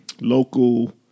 local